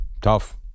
Tough